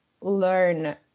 learn